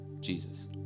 Jesus